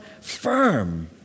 firm